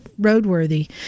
roadworthy